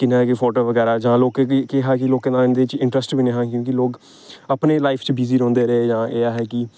में इ'यां फोटो बगैरा जां लोकें गी केह् हा कि लोकें दा इं'दे च इंट्रस्ट बी नि हा इं'दी लोक अपनी लाइफ च बिजी रौंह्दे रेह् जां एह् कि